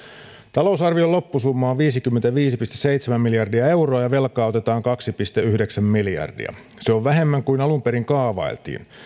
talousarvion loppusumma on viisikymmentäviisi pilkku seitsemän miljardia euroa ja velkaa otetaan kaksi pilkku yhdeksän miljardia se on vähemmän kuin alun perin kaavailtiin